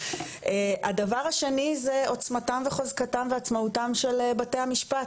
הדבר השני זה עוצמתם וחוזקתם ועצמאותם של בתי המשפט,